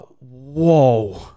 whoa